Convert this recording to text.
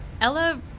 Ella